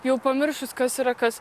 jau pamiršus kas yra kas